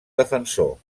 defensor